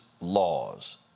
laws